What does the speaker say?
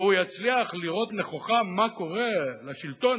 והוא יצליח לראות נכוחה מה קורה לשלטון,